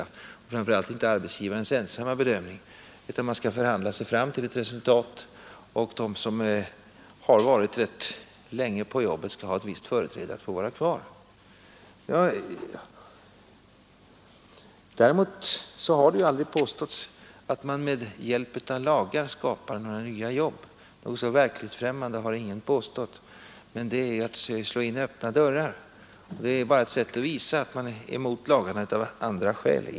Det skall framför allt inte vara arbetsgivarens ensamma bedömning, utan man skall förhandla sig fram till ett resultat, och de som har varit rätt länge på jobbet skall ha ett visst företräde att få vara kvar. Däremot har det aldrig påståtts att man med hjälp av lagar skapar nya jobb. Något så verklighetsfrämmande har ingen påstått. Här slår man in öppna dörrar. Det är egentligen bara ett sätt att visa att man är emot lagarna av andra skäl.